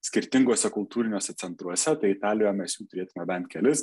skirtinguose kultūriniuose centruose tai italijoje mes jų turėtume bent kelis